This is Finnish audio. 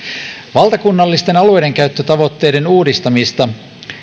valtakunnallisten alueidenkäyttötavoitteiden uudistamista